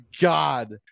God